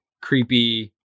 creepy